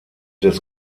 des